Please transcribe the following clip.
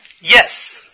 Yes